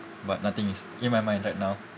but nothing is in my mind right now